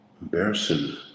embarrassing